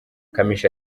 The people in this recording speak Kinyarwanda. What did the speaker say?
kamichi